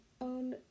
own